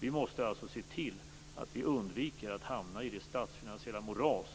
Vi måste alltså undvika att hamna i det statsfinansiella moras